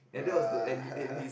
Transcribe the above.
!wah!